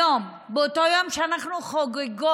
היום, באותו יום שאנחנו חוגגות